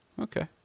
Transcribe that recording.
Okay